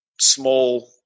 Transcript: small